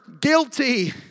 guilty